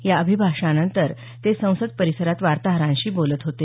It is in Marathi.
या अभिभाषणानंतर ते संसद परिसरात वार्ताहरांशी बोलत होते